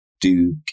duke